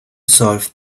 solve